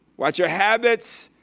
watch your habits,